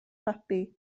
babi